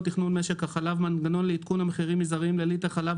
תכנון משק החלב (מנגנון לעדכון מחירים מזעריים של ליטר חלב),